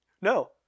No